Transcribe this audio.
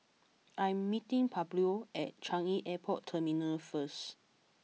I am meeting Pablo at Changi Airport Terminal first